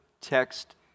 text